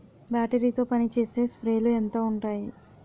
Battery తో పనిచేసే స్ప్రేలు ఎంత ఉంటాయి?